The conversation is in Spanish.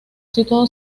situado